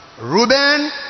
Reuben